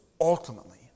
ultimately